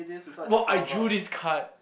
well I drew this card